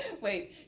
wait